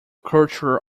culture